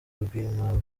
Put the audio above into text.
rwinkwavu